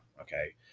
okay